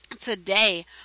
Today